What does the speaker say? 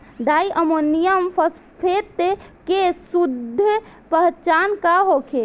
Di ammonium phosphate के शुद्ध पहचान का होखे?